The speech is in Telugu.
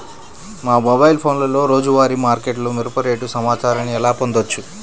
మా మొబైల్ ఫోన్లలో రోజువారీ మార్కెట్లో మిరప రేటు సమాచారాన్ని ఎలా పొందవచ్చు?